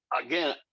again